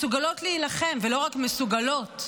מסוגלות להילחם, ולא רק מסוגלות,